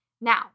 Now